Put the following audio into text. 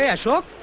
yeah shop.